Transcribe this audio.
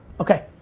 okay.